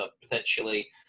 potentially